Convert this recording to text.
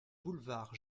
boulevard